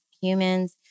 humans